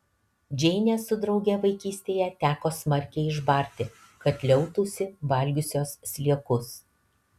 džeinę su drauge vaikystėje teko smarkiai išbarti kad liautųsi valgiusios sliekus